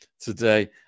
today